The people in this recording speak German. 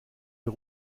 ihr